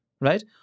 Right